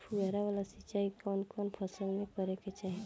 फुहारा वाला सिंचाई कवन कवन फसल में करके चाही?